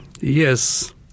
Yes